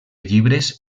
llibres